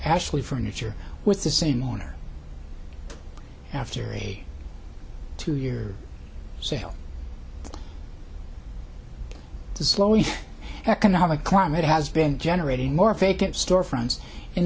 ashley furniture with the same morning after a two year sales the slowly economic climate has been generating more fake of storefronts in